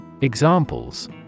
Examples